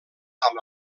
amb